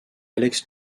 alex